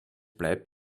bleibt